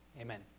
amen